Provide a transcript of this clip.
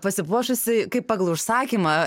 pasipuošusi kaip pagal užsakymą